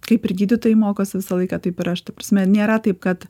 kaip ir gydytojai mokosi visą laiką taip ir aš ta prasme nėra taip kad